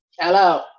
Hello